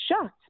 shocked